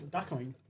Duckling